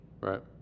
Right